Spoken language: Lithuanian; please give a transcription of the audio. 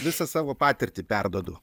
visą savo patirtį perduodu